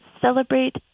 celebrate